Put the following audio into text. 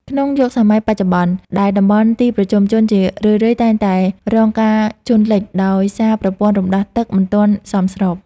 ក្នុងយុគសម័យបច្ចុប្បន្ន ដែលតំបន់ទីប្រជុំជនជារឿយៗតែងតែរងការជន់លិចដោយសារប្រព័ន្ធរំដោះទឹកមិនទាន់សមស្រប។